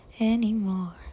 anymore